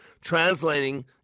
Translating